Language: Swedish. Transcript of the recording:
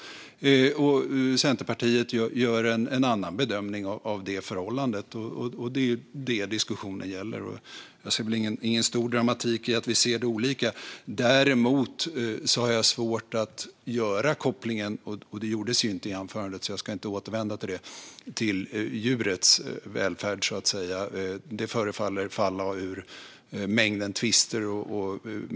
Centerpartiet gör en annan bedömning av det förhållandet. Det är vad diskussionen gäller. Jag ser ingen stor dramatik i att vi ser det olika. Däremot har jag svårt att göra kopplingen till djurets välfärd. Det gjordes inte i anförandet, så jag ska inte återvända till det. Det förefaller falla ur mängden tvister.